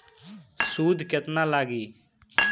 सूद केतना लागी?